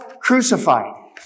crucified